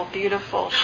beautiful